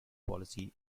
policy